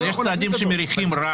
אבל יש צעדים שמריחים רע.